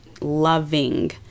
loving